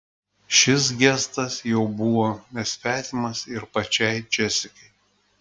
šis gestas jau buvo nesvetimas ir pačiai džesikai